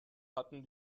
hatten